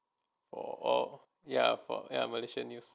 orh ya for malaysia news